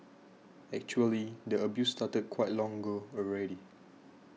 actually the abuse started quite long ago already